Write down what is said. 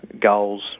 goals